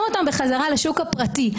חוזרים אותם חזרה לשוק הפרטי.